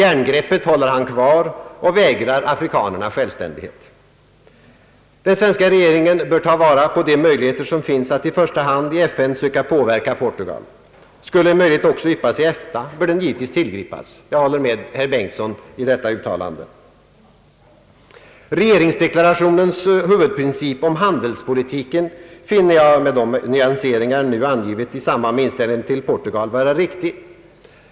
Han håller kvar järngreppet och vägrar afrikanerna självständighet. Den svenska regeringen bör ta vara på alla möjligheter som finns att i första hand i FN söka påverka Portugal. Skulle en möjlighet också yppa sig i EFTA bör givetvis även den tas till vara. Jag håller med herr Bengtson om detta. Regeringsdeklarationens huvudprincip för handelspolitiken finner jag, med de nyanseringar jag nu angivit i samband med inställningen till Portugal, vara riktig.